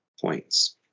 points